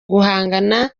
guhangana